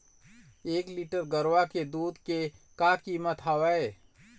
एक लीटर गरवा के दूध के का कीमत हवए?